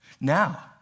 Now